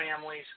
families